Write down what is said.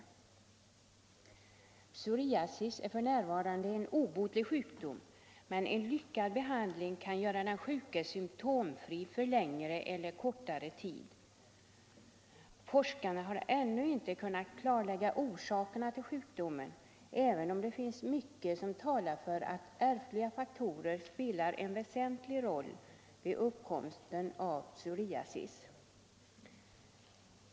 Psoriasis är f. n. en obotlig sjukdom, men en lyckad behandling kan göra den sjuke symtomfri för längre eller kortare tid. Forskarna har ännu inte kunnat klarlägga orsakerna till sjukdomen även om det finns mycket som talar för att ärftliga faktorer spelar en väsentlig roll vid uppkomsten av psoriasis.